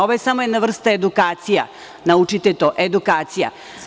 Ovo je samo jedna vrsta edukacije, naučite to, edukacija.